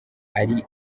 ari